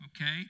okay